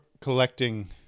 collecting